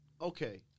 Okay